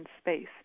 space